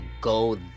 go